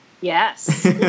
Yes